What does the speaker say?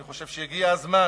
אני חושב שהגיע הזמן